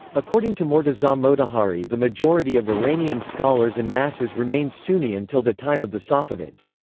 according to mortaza um motahhari the majority of iranian scholars and masses remained sunni until the time of the safavids.